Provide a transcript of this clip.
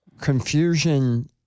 confusion